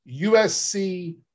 USC